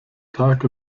tag